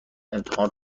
امتحان